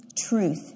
truth